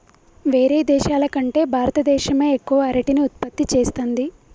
వేరే దేశాల కంటే భారత దేశమే ఎక్కువ అరటిని ఉత్పత్తి చేస్తంది